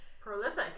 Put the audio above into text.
Prolific